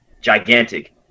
gigantic